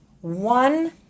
one